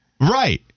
right